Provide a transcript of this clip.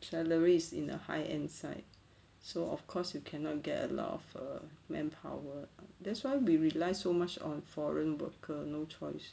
salaries is in the high end side so of course you cannot get a lot of err manpower that's why we rely so much on foreign worker no choice